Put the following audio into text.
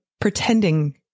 pretending